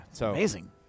amazing